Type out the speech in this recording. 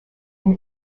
and